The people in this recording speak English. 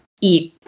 eat